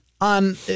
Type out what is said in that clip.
on